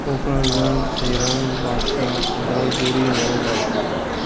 Kokrajhar Chirang Baksa Udalguri Nalbari